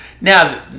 Now